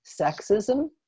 sexism